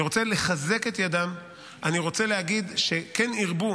אני רוצה לחזק את ידיהם ולהגיד שכן ירבו